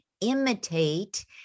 imitate